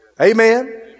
Amen